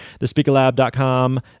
thespeakerlab.com